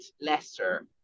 Leicester